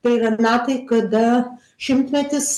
tai yra metai kada šimtmetis